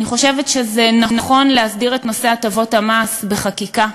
אני חושבת שזה נכון להסדיר את נושא הטבות המס בחקיקה,